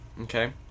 Okay